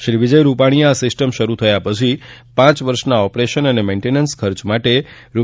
શ્રી વિજય રૂપાણીએ આ સિસ્ટમ શરૂ થયા પછી પાંચ વર્ષના ઓપરેશન અને મેઇન્ટેનન્સ ખર્ચ માટે રૂ